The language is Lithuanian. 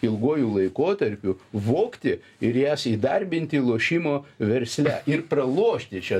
ilguoju laikotarpiu vogti ir jas įdarbinti lošimo versle ir pralošti čia